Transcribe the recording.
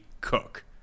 Cook